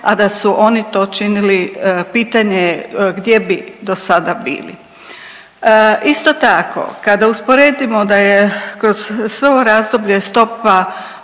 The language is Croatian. a da su oni to činili pitanje je gdje bi do sada bili. Isto tako kada usporedimo da je kroz sve ovo razdoblje stopa